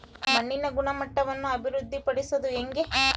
ಮಣ್ಣಿನ ಗುಣಮಟ್ಟವನ್ನು ಅಭಿವೃದ್ಧಿ ಪಡಿಸದು ಹೆಂಗೆ?